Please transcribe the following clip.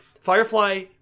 Firefly